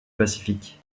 pacifique